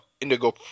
indigo